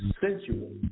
sensual